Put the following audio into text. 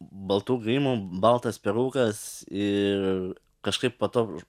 baltu grimu baltas perukas ir kažkaip patogu